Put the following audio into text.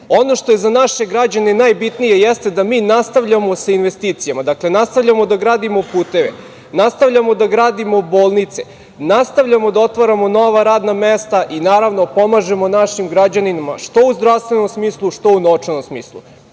što je za naše građane najbitnije, jeste da mi nastavljamo sa investicijama. Dakle, nastavljamo da gradimo puteve, nastavljamo da gradimo bolnice, nastavljamo da otvaramo nova radna mesta i, naravno, pomažemo našim građanima, što u zdravstvenom smislu, što u novčanom smislu.